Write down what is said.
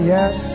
Yes